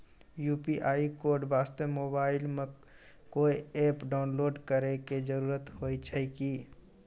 UPI code वास्ते mobile मे कोय एप्प डाउनलोड करे के जरूरी होय छै की?